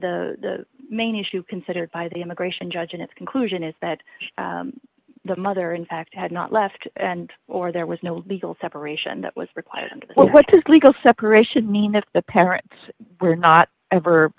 the main issue considered by the immigration judge in its conclusion is that the mother in fact had not left and or there was no legal separation that was required and what does legal separation mean if the parents were not ever